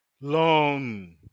long